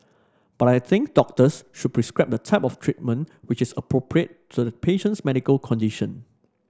but I think doctors should prescribe the type of treatment which is appropriate to the patient's medical condition